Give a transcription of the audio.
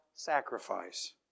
sacrifice